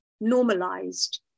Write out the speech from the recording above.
normalized